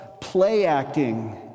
play-acting